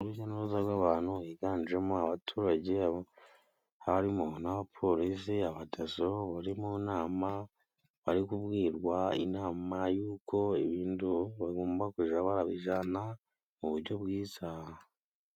Urujya n'uruza rw'abantu higanjemo abaturage harimo n'abapolisi, abadaso bari mu nama bari kubwirwa inama yuko ibintu bagomba kuja babijana mu buryo bwiza.